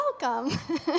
welcome